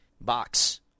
box